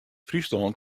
fryslân